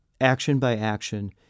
action-by-action